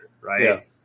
Right